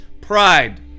pride